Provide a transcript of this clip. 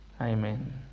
Amen